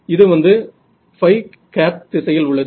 இது வந்து திசையில் உள்ளது